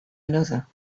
another